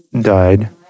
died